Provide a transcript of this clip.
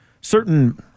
certain